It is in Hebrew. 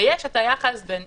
ויש היחס בין